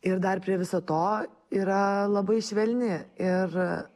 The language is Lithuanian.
ir dar prie viso to yra labai švelni ir